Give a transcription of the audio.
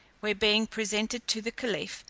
where being presented to the caliph,